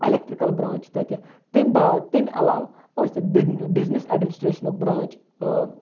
electrical branch چھُ تَتہِ تمہ باد تمہِ عَلاوٕ ٲس تَتھ بِزنِس ایٚڈمِنِسٹریشنُک برانچ